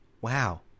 Wow